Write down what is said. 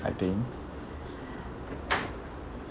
I think